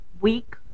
week